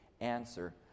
answer